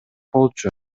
болчу